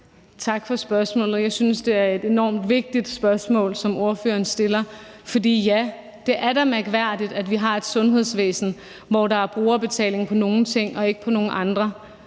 Tak for spørgsmålet. Jeg synes, det er et enormt vigtigt spørgsmål, som ordføreren stiller, for ja, det er da mærkværdigt, at vi har et sundhedsvæsen, hvor der er brugerbetaling på nogle ting og ikke på nogle andre.